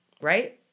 Right